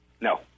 No